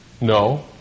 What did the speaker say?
No